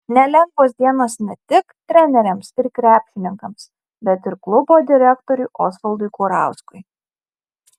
nelengvos dienos ne tik treneriams ir krepšininkams bet ir klubo direktoriui osvaldui kurauskui